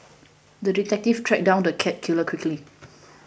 the detective tracked down the cat killer quickly